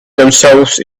themselves